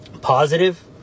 positive